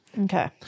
Okay